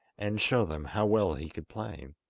and show them how well he could play.